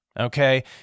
okay